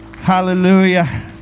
Hallelujah